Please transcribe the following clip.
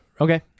Okay